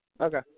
Okay